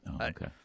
okay